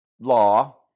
law